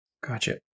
Gotcha